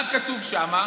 מה כתוב שם?